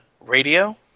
radio